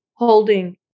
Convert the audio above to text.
Holding